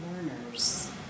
learners